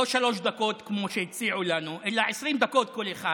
לא שלוש דקות כמו שהציעו לנו, אלא 20 דקות כל אחד.